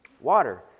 Water